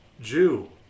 Jew